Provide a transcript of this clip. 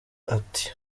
ati